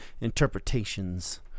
interpretations